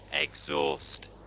exhaust